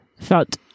felt